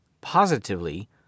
positively